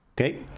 okay